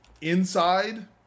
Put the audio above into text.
inside